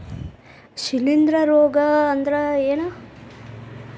ಶಿಲೇಂಧ್ರ ರೋಗಾ ಅಂದ್ರ ಏನ್?